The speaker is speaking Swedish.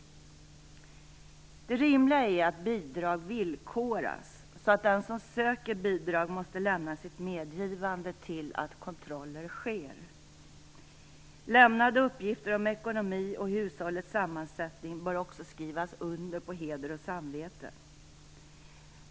Det rimliga är att bidrag villkoras, så att den som söker bidrag måste lämna sitt medgivande till att kontroller sker. Lämnade uppgifter om ekonomi och hushållets sammansättning bör också skrivas under på heder och samvete.